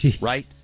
right